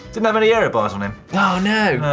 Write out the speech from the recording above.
didn't have any aero bars on him. oh no!